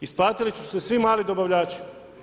Isplatili su se svi mali dobavljači.